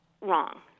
wrong